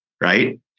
right